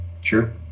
sure